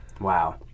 Wow